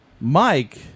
Mike